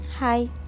hi